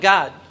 God